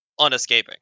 unescaping